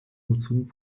nutzung